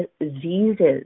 diseases